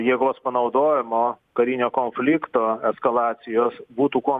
jėgos panaudojimo karinio konflikto eskalacijos būtų kuo